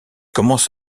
commence